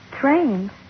Trains